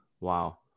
Wow